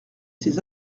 ces